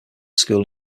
school